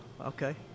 okay